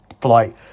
flight